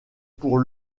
pour